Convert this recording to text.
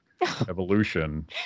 evolution